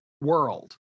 world